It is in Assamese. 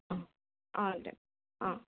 অঁ অঁ দে অঁ